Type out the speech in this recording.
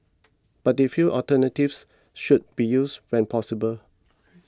but they feel alternatives should be used when possible